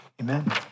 Amen